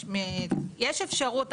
יש אפשרות,